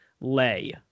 lay